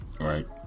Right